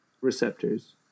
receptors